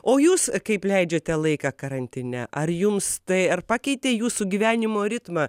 o jūs kaip leidžiate laiką karantine ar jums tai ar pakeitė jūsų gyvenimo ritmą